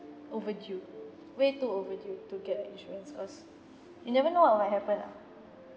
overdue way too overdue to get a insurance cause you never know what will happen lah